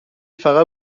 فقط